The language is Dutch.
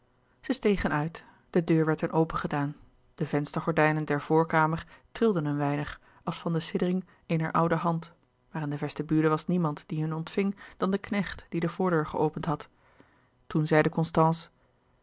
zij stegen uit de deur werd hun opengedaan de venstergordijnen der voorkamer trilden een weinig als van de siddering eener oude hand maar in de vestibule was niemand die hun ontving dan de knecht die de voordeur geopend had toen zeide constance